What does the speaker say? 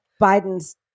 Biden's